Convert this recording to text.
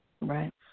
right